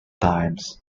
times